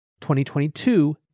2022